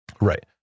Right